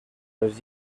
els